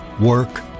work